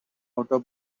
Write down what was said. outer